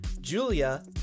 Julia